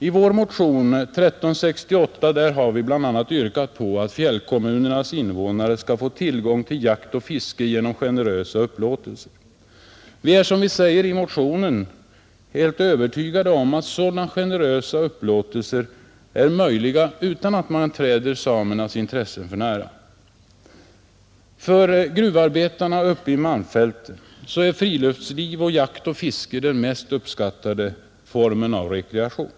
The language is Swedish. I vår motion nr 1368 har vi bl.a. yrkat att fjällkommunernas invånare skall få tillgång till jakt och fiske genom mera generösa upplåtelser. Vi är, som vi säger i motionen, helt övertygade om att sådana generösa upplåtelser är möjliga utan att man träder samernas intressen för nära. För gruvarbetarna uppe i malmfälten är friluftsliv, jakt och fiske den mest uppskattade formen av rekreation.